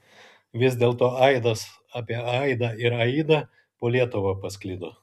vis dėlto aidas apie aidą ir aidą po lietuvą pasklido